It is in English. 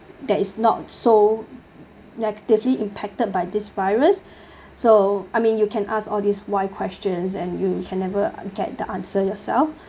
that is not so negatively impacted by this virus so I mean you can ask all these why questions and you can never get the answer yourself